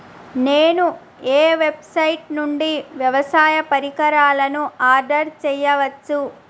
నేను ఏ వెబ్సైట్ నుండి వ్యవసాయ పరికరాలను ఆర్డర్ చేయవచ్చు?